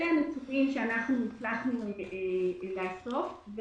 אלה הנתונים שהצלחנו לאסוף.